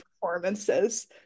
performances